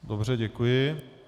Dobře, děkuji.